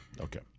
Okay